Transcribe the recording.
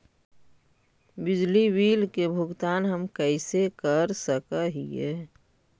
बिजली बिल के भुगतान हम कैसे कर सक हिय?